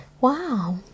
Wow